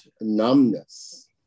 numbness